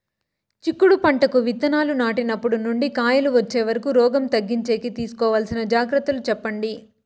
చిక్కుడు పంటకు విత్తనాలు నాటినప్పటి నుండి కాయలు వచ్చే వరకు రోగం తగ్గించేకి తీసుకోవాల్సిన జాగ్రత్తలు చెప్పండి?